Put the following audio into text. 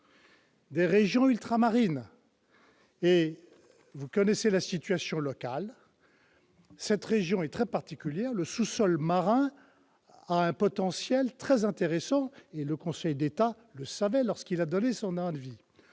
des régions ultramarines. Vous connaissez la situation locale : cette région est très particulière et le sous-sol marin a un potentiel très intéressant- le Conseil d'État le savait lorsqu'il a rendu son avis.